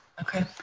okay